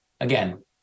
Again